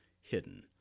hidden